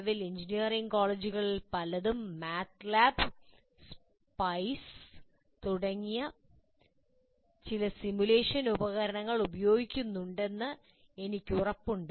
നിലവിൽ എഞ്ചിനീയറിംഗ് കോളേജുകളിൽ പലതും മാറ്റ്ലാബ് സ്പൈസ് മുതലായ ചില സിമുലേഷൻ ഉപകരണങ്ങൾ ഉപയോഗിക്കുന്നുണ്ടെന്ന് എനിക്ക് ഉറപ്പുണ്ട്